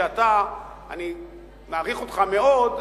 שאני מעריך אותך מאוד,